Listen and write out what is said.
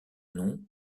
nom